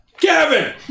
Kevin